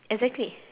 exactly